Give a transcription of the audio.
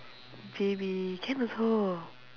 J_B can also